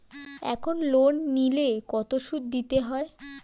এখন লোন নিলে কত সুদ দিতে হয়?